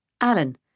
Alan